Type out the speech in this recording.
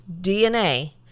DNA